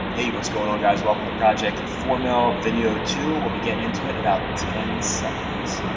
hey what's going on guys welcome to project for mill video two we'll be getting into it about ten seconds